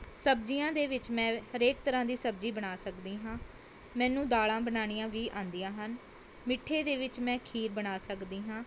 ਸਬਜ਼ੀਆਂ ਦੇ ਵਿੱਚ ਮੈਂ ਹਰੇਕ ਤਰ੍ਹਾਂ ਦੀ ਸਬਜ਼ੀ ਬਣਾ ਸਕਦੀ ਹਾਂ ਮੈਨੂੰ ਦਾਲ਼ਾਂ ਬਣਾਉਣੀਆਂ ਵੀ ਆਉਂਦੀਆਂ ਹਨ ਮਿੱਠੇ ਦੇ ਵਿੱਚ ਮੈਂ ਖੀਰ ਬਣਾ ਸਕਦੀ ਹਾਂ